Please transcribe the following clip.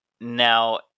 now